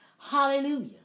Hallelujah